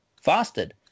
fasted